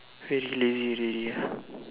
really lazy already ah